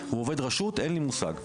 הוא עובד רשות, אין לי מושג.